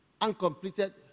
uncompleted